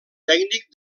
tècnic